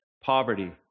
poverty